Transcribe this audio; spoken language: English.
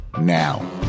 now